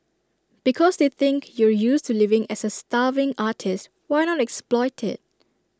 because they think you're used to living as A starving artist why not exploit IT